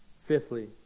Fifthly